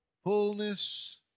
Fullness